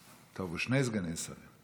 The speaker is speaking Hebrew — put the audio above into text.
טוב, הוא שני סגני שרים.